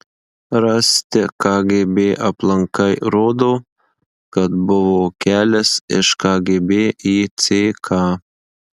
rasti kgb aplankai rodo kad buvo kelias iš kgb į ck